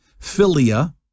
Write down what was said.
philia